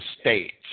states